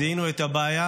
זיהינו את הבעיה,